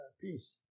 peace